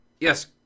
yes